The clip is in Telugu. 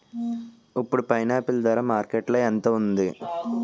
ఇప్పుడు పైనాపిల్ ధర మార్కెట్లో ఎంత ఉంది?